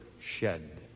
shed